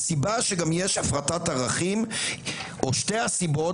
הסיבה שגם יש הפרטת ערכים או שתי הסיבות,